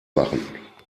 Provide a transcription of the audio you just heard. machen